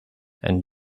and